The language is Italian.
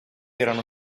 erano